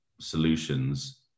solutions